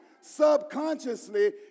Subconsciously